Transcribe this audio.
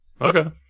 Okay